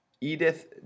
Edith